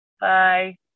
Bye